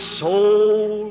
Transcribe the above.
soul